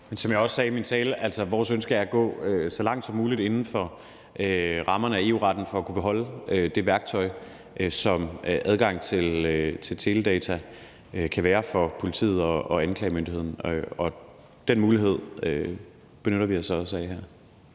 Som jeg også sagde i min tale, er vores ønske at gå så langt som muligt inden for rammerne af EU-retten for at kunne beholde det værktøj, som adgang til teledata kan være for politiet og anklagemyndigheden. Og den mulighed benytter vi os også her.